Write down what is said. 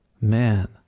man